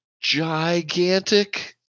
gigantic